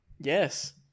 Yes